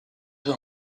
peu